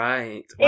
Right